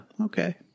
Okay